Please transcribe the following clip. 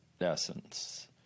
essence